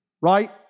right